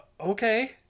okay